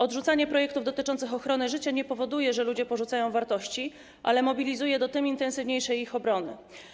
Odrzucanie projektów dotyczących ochrony życia nie powoduje, że ludzie porzucają wartości, ale mobilizuje do tym intensywniejszej ich obrony.